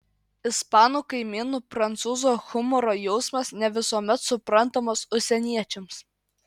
ispanų kaimynų prancūzų humoro jausmas ne visuomet suprantamas užsieniečiams